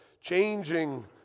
changing